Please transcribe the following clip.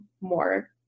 more